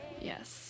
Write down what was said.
Yes